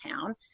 town